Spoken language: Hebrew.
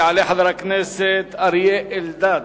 יעלה חבר הכנסת אריה אלדד,